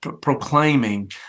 proclaiming